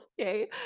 okay